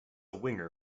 winger